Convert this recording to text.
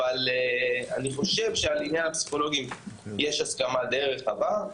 אבל אני חושב שעל עניין הפסיכולוגים יש הסכמה דיי רחבה.